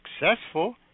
successful